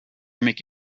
make